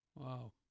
Wow